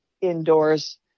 indoors